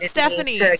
Stephanie